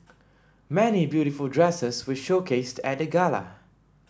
many beautiful dresses were showcased at the gala